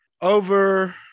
over